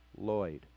Lloyd